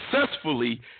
successfully